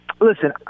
listen